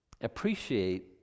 Appreciate